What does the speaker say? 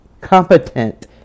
competent